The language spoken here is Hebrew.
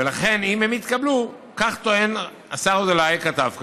ולכן, אם הם יתקבלו, השר אזולאי כתב,